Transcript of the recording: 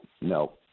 no